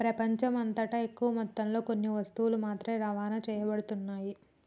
ప్రపంచమంతటా ఎక్కువ మొత్తంలో కొన్ని వస్తువులు మాత్రమే రవాణా చేయబడుతున్నాయి